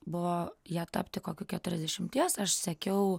buvo ją tapti kokių keturiasdešimties aš sekiau